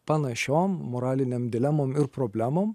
panašiom moralinėm dilemom ir problemom